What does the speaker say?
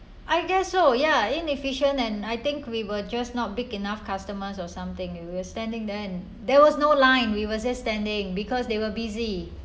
I guess so ya inefficient and I think we will just not big enough customers or something is it just standing and there was no line we were just standing because they were busy